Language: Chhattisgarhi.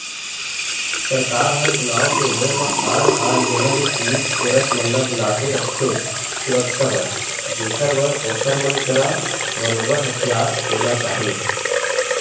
सरकार ह चुनाव के होय म आन आन जगा ले पुलिस फोरस मन ल बुलाके रखथे सुरक्छा बर जेखर बर ओखर मन करा बरोबर हथियार होना चाही